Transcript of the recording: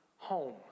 home